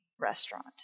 restaurant